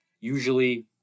Usually